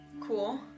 Cool